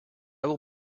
will